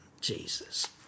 Jesus